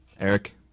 Eric